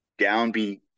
downbeat